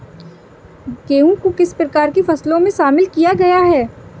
गेहूँ को किस प्रकार की फसलों में शामिल किया गया है?